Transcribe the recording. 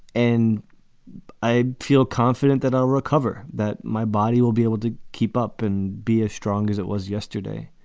and i feel confident that i'll recover, that my body will be able to keep up and be as strong as it was yesterday.